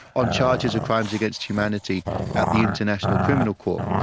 on charges of crimes against humanity at the international criminal court.